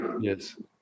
yes